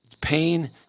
pain